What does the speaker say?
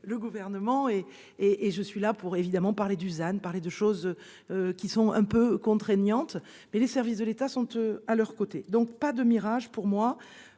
le gouvernement et et et je suis là pour évidemment parler Dusan parler de choses. Qui sont un peu contraignante, mais les services de l'État sont à leurs côtés, donc pas de Mirage pour moi.